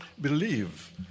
believe